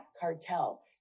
cartel